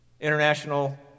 International